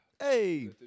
hey